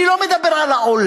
אני לא מדבר על העולם,